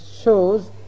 shows